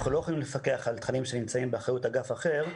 אנחנו לא יכולים לפקח על תכנים שנמצאים באחריות אגף אחר,